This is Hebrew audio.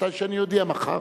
מתי שאני אודיע, מחר.